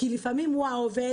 כי לפעמים הוא העובד,